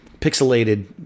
pixelated